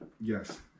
yes